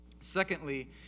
Secondly